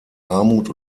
armut